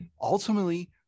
ultimately